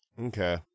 Okay